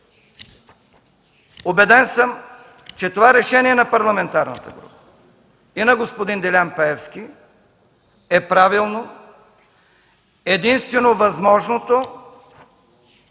Убеден съм, че това решение на Парламентарната група и на господин Делян Пеевски е правилно, единствено възможното